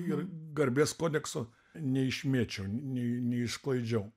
ir garbės kodekso neišmėčiau ne neišsklaidžiau